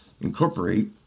incorporate